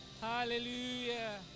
hallelujah